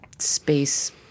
Space